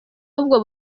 ahubwo